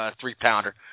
three-pounder